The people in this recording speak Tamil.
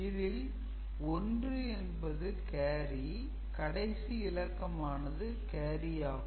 இதில் 1 என்பது கேரி கடைசி இலக்கமானது கேரி ஆகும்